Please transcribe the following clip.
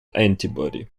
antibody